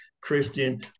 Christian